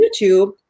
YouTube